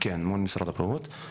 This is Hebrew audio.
-- מול משרד הבריאות.